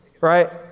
Right